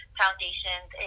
foundations